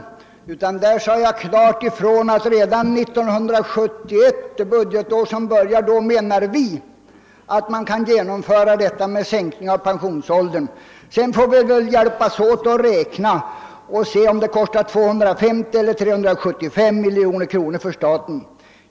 Beträffande den frågan sade jag klart ifrån att vi menar att man kan genomföra sänkningen av pensionsåldern redan det budgetår som börjar 1971. Sedan får vi hjälpas åt med att räkna för att komma fram till om det kostar 250 eller 375 miljoner kronor för staten.